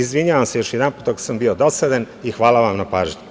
Izvinjavam se još jednom ako sam bio dosadan i hvala vam na pažnji.